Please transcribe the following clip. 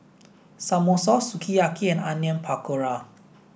Samosa Sukiyaki and Onion Pakora